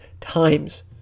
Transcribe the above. times